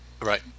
Right